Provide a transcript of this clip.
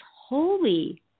holy